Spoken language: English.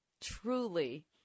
truly